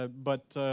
ah but